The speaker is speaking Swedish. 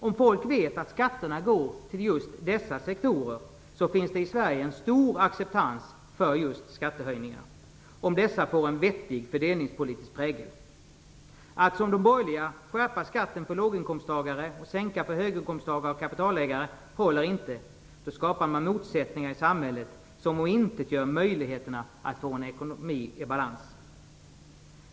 Om folk vet att skatterna går till just dessa sektorer, finns det i Sverige en stor acceptans för skattehöjningar. Men dessa måste få en vettig fördelningspolitisk prägel. Det håller inte att, som de borgerliga gjort, skärpa skatten för låginkomsttagare och sänka skatten för höginkomsttagare och kapitalägare. Då skapas motsättningar i samhället som omintetgör möjligheterna att få en ekonomi i balans.